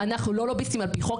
אנחנו לא לוביסטים על פי חוק.